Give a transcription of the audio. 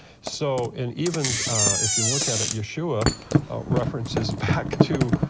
so, and even if you look at at yeshua references back to